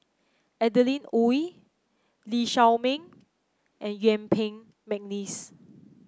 Adeline Ooi Lee Shao Meng and Yuen Peng McNeice